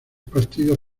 partidos